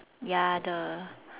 ya the